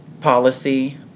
policy